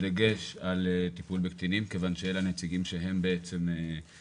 בדגש על הטיפול הקטינים כיוון שאלה הנציגים שהם הביאו.